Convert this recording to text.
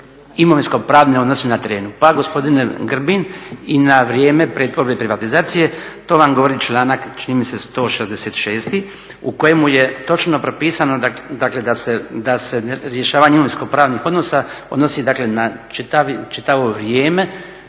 imovinsko-pravne odnose na terenu. Pa gospodine Grbin i na vrijeme pretvorbe i privatizacije, to vam govori članak čini mi se 166. u kojemu je točno propisano dakle da se rješavanje imovinsko-pravnih odnosa odnosi dakle na čitavo vrijeme